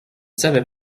savais